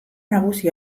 nagusi